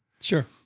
Sure